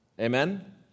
Amen